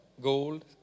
Gold